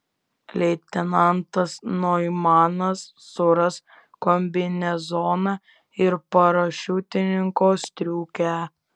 leitenantas noimanas suras kombinezoną ir parašiutininko striukę